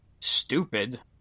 stupid